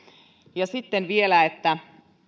ja sitten vielä että